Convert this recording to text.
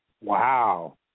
Wow